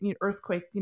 earthquake